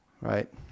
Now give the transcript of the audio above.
right